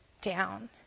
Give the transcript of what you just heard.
down